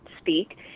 speak